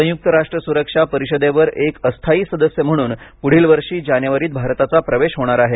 संयुक्त राष्ट्र सुरक्षा परिषदेवर एक अस्थायी सदस्य म्हणून पुढील वर्षी जानेवारीत भारताचा प्रवेश होणार आहे